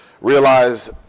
realize